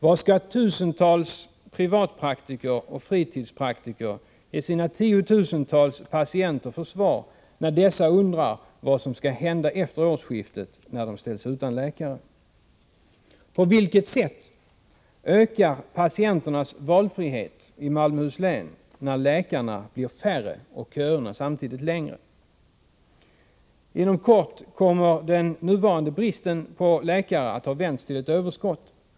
Vad skall tusentals privatoch fritidspraktiker ge sina tiotusentals patienter för svar, när dessa undrar vad som skall hända efter årsskiftet, när de ställs utan läkare? På vilket sätt ökar patienternas valfrihet i Malmöhus län när läkarna blir färre och köerna samtidigt längre? Inom kort kommer den nuvarande bristen på läkare att ha vänts till ett överskott.